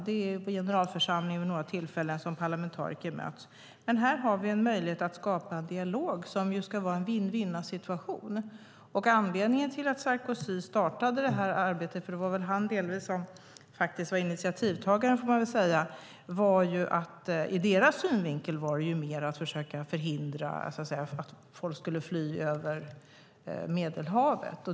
Det är i generalförsamlingen och några andra tillfällen. Här har vi en möjlighet att skapa en dialog som kan ge en vinna-vinna-situation. Anledningen till att Sarkozy startade det här arbetet - det var väl delvis han som var initiativtagaren, får man väl säga - var att försöka förhindra att folk skulle fly över Medelhavet.